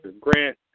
Grant